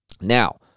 Now